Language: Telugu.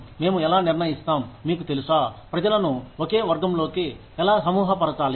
మేము ఎలా నిర్ణయిస్తాం మీకు తెలుసా ప్రజలను ఒకే వర్గంలోకి ఎలా సమూహపరచాలి